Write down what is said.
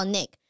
Nick